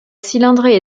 cylindrée